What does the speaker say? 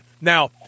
Now –